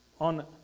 on